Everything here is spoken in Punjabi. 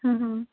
ਹਮ ਹਮ